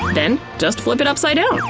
then just flip it upside down!